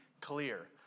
clear